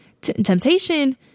Temptation